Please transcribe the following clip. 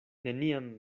neniam